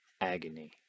agony